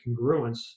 congruence